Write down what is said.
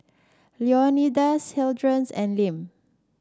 Leonidas Hildred's and Lem